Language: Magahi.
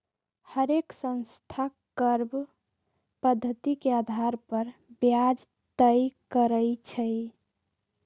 हरेक संस्था कर्व पधति के अधार पर ब्याज तए करई छई